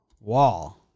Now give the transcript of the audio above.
wall